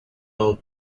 all